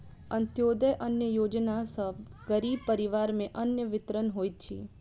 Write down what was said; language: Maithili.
अन्त्योदय अन्न योजना सॅ गरीब परिवार में अन्न वितरण होइत अछि